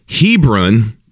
Hebron